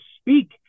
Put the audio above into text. speak